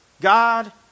God